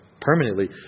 permanently